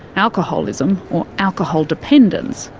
alcoholism, or alcohol dependence,